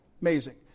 Amazing